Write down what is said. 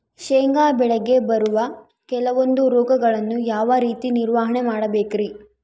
ಶೇಂಗಾ ಬೆಳೆಗೆ ಬರುವ ಕೆಲವೊಂದು ರೋಗಗಳನ್ನು ಯಾವ ರೇತಿ ನಿರ್ವಹಣೆ ಮಾಡಬೇಕ್ರಿ?